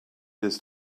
his